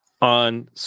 on